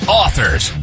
authors